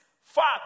fact